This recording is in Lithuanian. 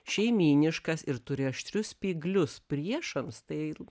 šeimyniškas ir turi aštrius spyglius priešams tai